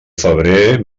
febrer